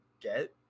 get